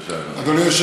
בבקשה, אדוני.